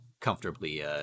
comfortably